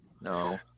No